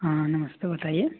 हाँ नमस्ते बताइये